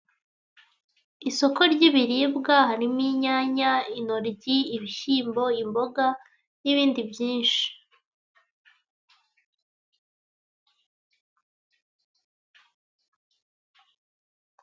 Isoko ry'ibiribwa harimo inyanya, intoryi, ibishyimbo, imboga n'ibindi byinshi.